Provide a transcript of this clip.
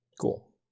Cool